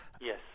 Yes